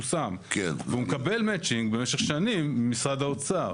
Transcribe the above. הוא שם והוא מקבל מצ'ינג במשך שנים ממשרד האוצר.